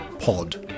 Pod